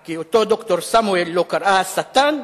כי אותו ד"ר סמואל, שלו קראה "השטן",